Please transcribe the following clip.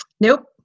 Nope